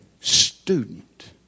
student